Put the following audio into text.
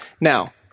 Now